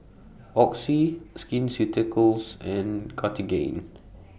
Oxy Skin Ceuticals and Cartigain